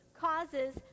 causes